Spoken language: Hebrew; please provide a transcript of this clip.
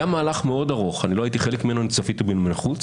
היה מהלך מאוד ארוך - לא הייתי חלק ממנו אלא צפיתי בו מבחוץ